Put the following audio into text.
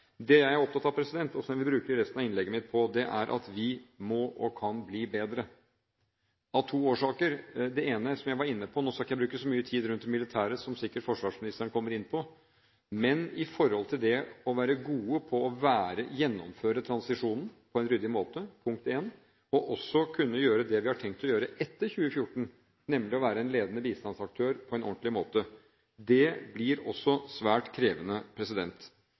Det jeg er opptatt av, og som jeg vil bruke resten av innlegget mitt på, er at vi må og kan bli bedre – av to årsaker. Det ene, som jeg var inne på – nå skal jeg ikke bruke så mye tid rundt det militære, noe sikkert forsvarsministeren kommer inn på – er å være gode på å gjennomføre transisjonen på en ryddig måte og også å kunne gjøre det vi har tenkt å gjøre etter 2014, nemlig å være en ledende bistandsaktør på en ordentlig måte. Det blir også svært krevende.